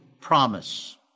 promise